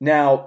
Now